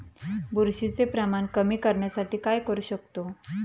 बुरशीचे प्रमाण कमी करण्यासाठी काय करू शकतो?